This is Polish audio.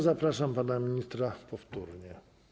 Zapraszam pana ministra powtórnie.